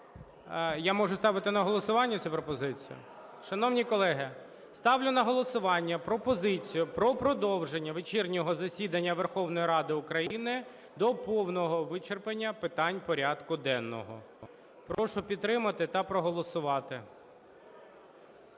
Я можу ставити на голосування цю пропозицію? Шановні колеги, ставлю на голосування пропозицію про продовження вечірнього засідання Верховної Ради України до повного вичерпання питань порядку денного. Прошу підтримати та проголосувати.